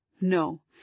No